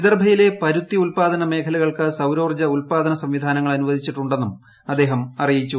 വിദർഭയിലെ പരുത്തി ഉൽപ്പാദന മേഖലകൾക്ക് സൌരോർജ്ജ ഉൽപ്പാദന സംവിധാനങ്ങൾ അനുവദിച്ചിട്ടുണ്ടെന്നും അദ്ദേഹം അറിയിച്ചു